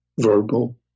verbal